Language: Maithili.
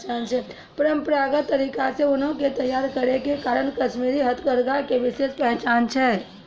परंपरागत तरीका से ऊनो के तैय्यार करै के कारण कश्मीरी हथकरघा के विशेष पहचान छै